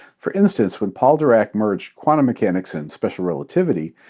for instance, when paul dirac merged quantum mechanics and special relativity,